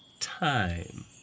Time